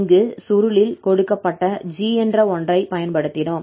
இங்கு சுருளில் கொடுக்கப்பட்ட g என்ற ஒன்றை பயன்படுத்தினோம்